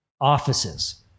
offices